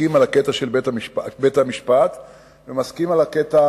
מסכים על הקטע של בית-המשפט ומסכים על הקטע